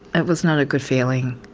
it was not a good feeling,